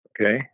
Okay